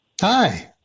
Hi